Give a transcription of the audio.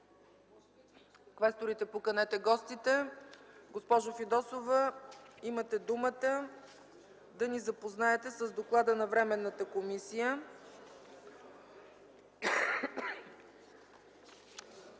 Моля, поканете гостите в залата. Госпожо Фидосова, имате думата да ни запознаете с доклада на Временната комисия.